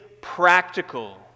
practical